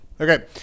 Okay